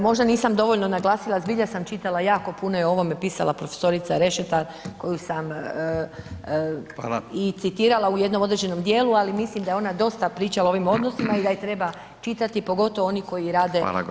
Možda nisam dovoljno naglasila zbilja sam čitala jako puno i o ovome je pisala profesorica Rešetar koju sam [[Upadica: Fala]] i citirala u jednom određenom dijelu, ali mislim da je ona dosta pričala o ovim odnosima i da je treba čitati, pogotovo oni koji rade